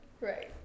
Right